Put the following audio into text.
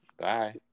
Bye